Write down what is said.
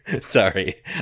sorry